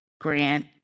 grant